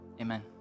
amen